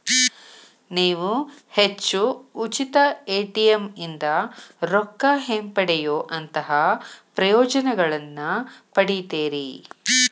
ನೇವು ಹೆಚ್ಚು ಉಚಿತ ಎ.ಟಿ.ಎಂ ಇಂದಾ ರೊಕ್ಕಾ ಹಿಂಪಡೆಯೊಅಂತಹಾ ಪ್ರಯೋಜನಗಳನ್ನ ಪಡಿತೇರಿ